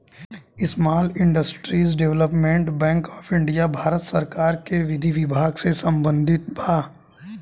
small industries development bank of India Bharat सरकार के विधि विभाग से संबंधित बा